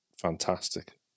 fantastic